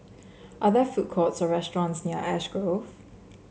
are there food courts or restaurants near Ash Grove